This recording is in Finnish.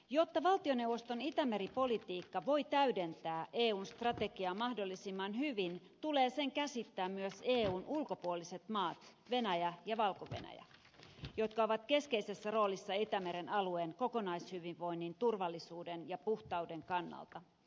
jotta valtioneuvoston itämeri politiikka voi täydentää eun strategiaa mahdollisimman hyvin tulee sen käsittää myös eun ulkopuoliset maat venäjä ja valko venäjä jotka ovat keskeisessä roolissa itämeren alueen kokonaishyvinvoinnin turvallisuuden ja puhtauden kannalta